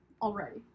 already